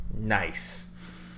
Nice